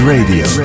Radio